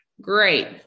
Great